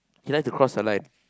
he like to cross the line